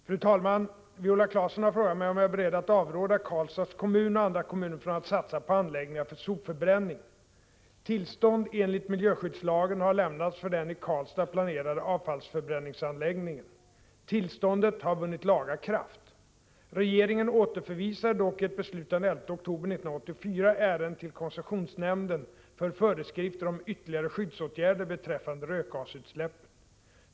Fru talman! Viola Claesson har frågat mig om jag är beredd att avråda Karlstads kommun och andra kommuner från att satsa på anläggningar för sopförbränning. Tillstånd enligt miljöskyddslagen har lämnats för den i Karlstad planerade avfallsförbränningsanläggningen. Tillståndet har vunnit laga kraft. Regeringen återförvisade dock i ett beslut den 11 oktober 1984 ärendet till koncessionsnämnden för föreskrifter om ytterligare skyddsåtgärder beträffande rökgasutsläppet.